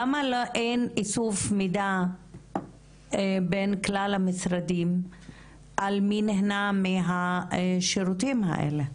למה אין איסוף מידע בין כלל המשרדים על מי נהנה מהשירותים האלה?